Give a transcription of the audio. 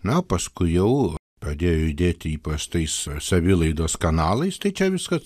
na paskui jau pradėjo judėti įprastais savilaidos kanalais tai čia viskas